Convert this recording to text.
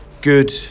good